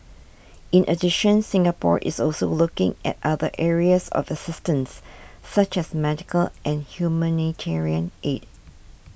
in addition Singapore is also looking at other areas of assistance such as medical and humanitarian aid